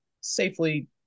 safely